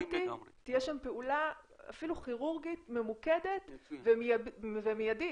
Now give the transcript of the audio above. שתהיה שם פעולה אפילו כירורגית ממוקדת ומידית,